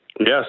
Yes